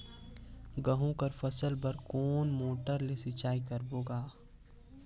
गहूं कर फसल बर कोन मोटर ले सिंचाई करबो गा?